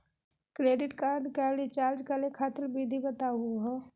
Credit card क recharge करै खातिर विधि बताहु हो?